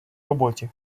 роботі